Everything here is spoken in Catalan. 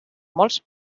molts